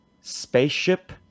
spaceship